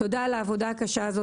תודה על העבודה הקשה זאת.